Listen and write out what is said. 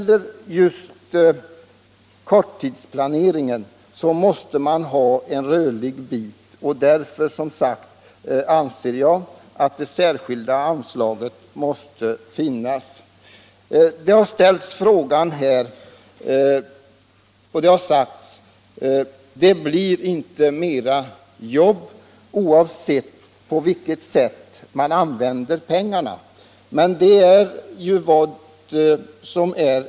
Men för korttidsplaneringen måste man ha en rörlig bit, och därför anser jag att det särskilda anslaget måste finnas. Det har sagts i debatten att det inte blir flera jobb om man använder pengarna på det ena eller andra sättet.